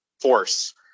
force